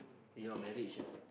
your marriage ah